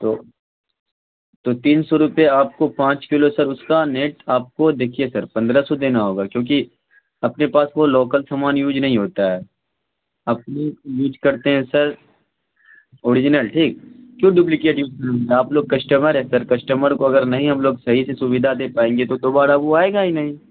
تو تو تین سو روپئے آپ کو پانچ کلو سر اس کا نیٹ آپ کو دیکھیے سر پندرہ سو دینا ہوگا کیونکہ اپنے پاس وہ لوکل سامان یوج نہیں ہوتا ہے اصلی یوج کرتے ہیں سر اوریجنل ٹھیک کیوں ڈبلکیٹ یوج کریں گے آپ لوگ کسٹمر ہیں سر کسٹمر کو اگر نہیں ہم لوگ صحیح سے سودھا دے پائیں گے تو دوبارہ وہ آئے گا ہی نہیں